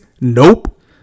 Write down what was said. Nope